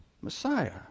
Messiah